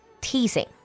teasing